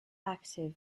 active